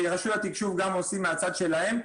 ורשויות התקשוב גם עושות מהצד שלהן.